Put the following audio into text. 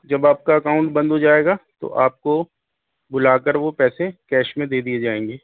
جب آپ کو اکاؤنٹ بند ہو جائے گا تو آپ کو بلا کر وہ پیسے کیش میں دے دیے جائیں گے